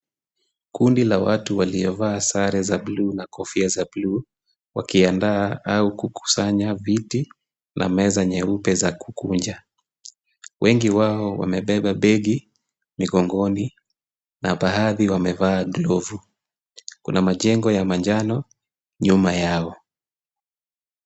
Kundi la watu waliovaa sare za bluu na kofia za bluu wakiandaa au kukusanya viti na meza nyeupe za kukunja. Wengi wao wamebeba begi migongoni na baadhi wamevaa glovu. Kuna majengo ya manjano nyuma yao.